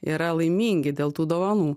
yra laimingi dėl tų dovanų